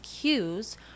cues